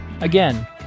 Again